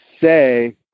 say